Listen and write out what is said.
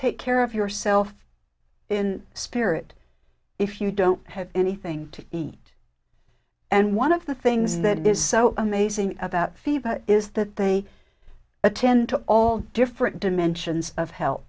take care of yourself in spirit if you don't have anything to eat and one of the things that is so amazing about phoebe is that they attend to all different dimensions of help